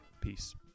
Peace